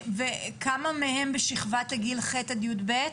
כמה מהם בשכבת הגיל ח' עד י"ב?